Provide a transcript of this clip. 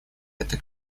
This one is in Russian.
это